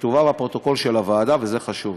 שכתובה בפרוטוקול של הוועדה, וזה חשוב.